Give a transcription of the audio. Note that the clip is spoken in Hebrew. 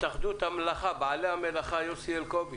התאחדות בעלי המלאכה, יוסי אלקובי,